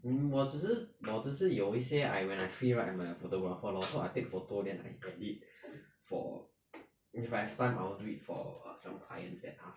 mm 我只是我只是有一些 I when I free right I'm a photographer lor so I take photo then I edit for if I have time I'll do it for some clients that ask